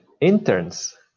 interns